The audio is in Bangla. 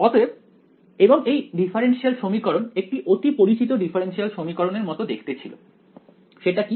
অতএব এবং এই ডিফারেনশিয়াল সমীকরণ একটি অতি পরিচিত ডিফারেনশিয়াল সমীকরণ এর মত দেখতে ছিল সেটা কি